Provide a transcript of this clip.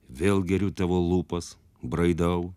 vėl geriu tavo lūpas braidau